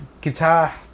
guitar